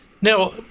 Now